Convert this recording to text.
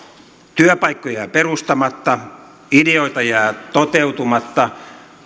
työpaikkoja jää perustamatta ideoita jää toteutumatta